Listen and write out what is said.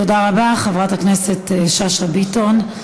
תודה רבה, חברת הכנסת שאשא ביטון.